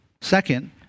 Second